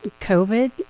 COVID